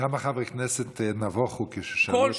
כמה חברי כנסת נבוכו כששאלו אותם בתקשורת.